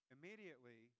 Immediately